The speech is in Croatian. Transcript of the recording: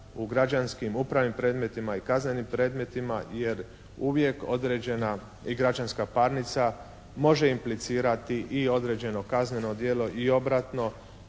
u građanskim upravnim predmetima i kaznenim predmetima, jer uvijek određena i građanska parnica može implicirati i određeno kazneno djelo i obratno,